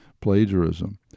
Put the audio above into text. plagiarism